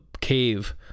cave